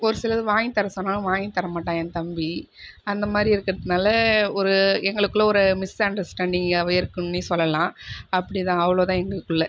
ஒரு சிலது வாங்கி தர சொன்னாலும் வாங்கி தர மாட்டான் என் தம்பி அந்த மாரி இருக்கிறதுனால ஒரு எங்களுக்குள்ளே ஒரு மிஸ்அண்டர்ஸ்டான்டிங்காகவே இருக்கும்னே சொல்லலாம் அப்புடி தான் அவ்வளோ தான் எங்களுக்குள்ளே